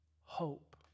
hope